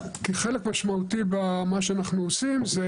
כי חלק משמעותי במה שאנחנו עושים זה